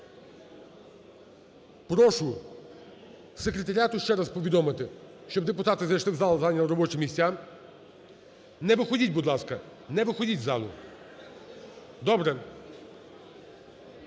Прошу секретаріату ще раз повідомити, щоб депутати зайшли в зал і зайняли робочі місця. Не виходіть, будь ласка, не виходить з залу. Добре.